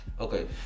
Okay